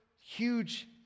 huge